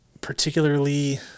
particularly